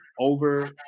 over